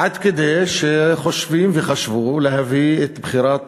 עד כדי כך שהם חושבים וחשבו להביא את בחירת